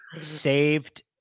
saved